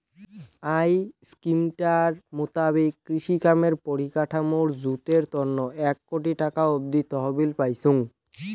I স্কিমটার মুতাবিক কৃষিকামের পরিকাঠামর জুতের তন্ন এক কোটি টাকা অব্দি তহবিল পাইচুঙ